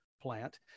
plant